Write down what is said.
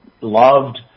loved